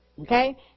Okay